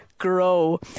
grow